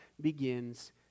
begins